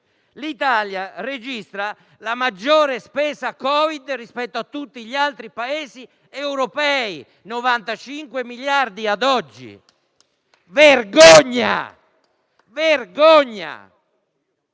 del mondo, la maggiore spesa Covid rispetto a tutti gli altri Paesi europei (95 miliardi, ad oggi). Vergogna!